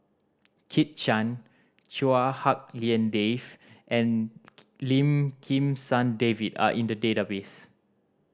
Kit Chan Chua Hak Lien Dave and Lim Kim San David are in the database